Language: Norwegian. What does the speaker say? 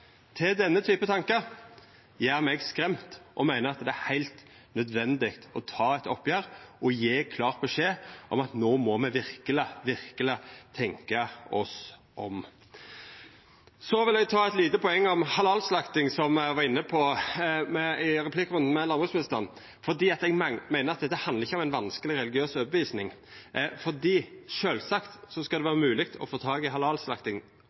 til slike tankar, gjer meg skremt. Eg meiner det er heilt nødvendig å ta eit oppgjer og gje klar beskjed om at no må me verkeleg tenkja oss om. Eg vil ta eit lite poeng om halalslakting, som eg var inne på i replikkrunden med landbruksministeren, for eg meiner at det handlar ikkje om ei vanskeleg religiøs overtyding. Sjølvsagt skal det vera mogleg å få tak i